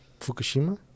Fukushima